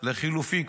לחלופין,